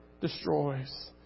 destroys